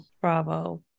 bravo